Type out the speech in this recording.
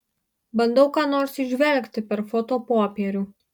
bandau ką nors įžvelgti per fotopopierių